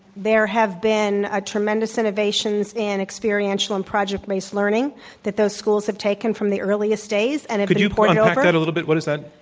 there have been ah tremendous innovations in experiential and project-based learning that those schools have taken from the earliest days and could you compact and that a little bit? what is that?